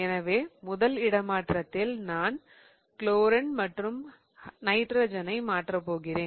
எனவே முதல் இடமாற்றத்தில் நான் குளோரின் மற்றும் நைட்ரஜனை மாற்றப் போகிறேன்